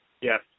yes